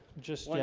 just like